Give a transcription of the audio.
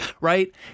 right